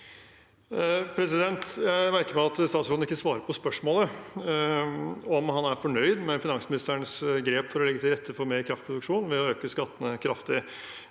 Jeg merker meg at statsråden ikke svarer på spørsmålet om han er fornøyd med finansministerens grep for å legge til rette for mer kraftproduksjon ved å øke skattene kraftig.